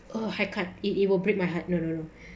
uh I can't it it will break my heart no no no